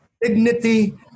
dignity